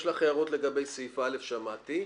יש לך הערות לגבי סעיף (א) שמעתי.